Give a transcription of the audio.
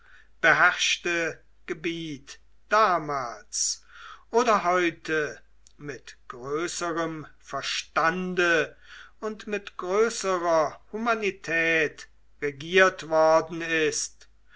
beherrschte gebiet damals oder heute mit größerem verstande und mit größerer humanität regiert worden ist